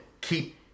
keep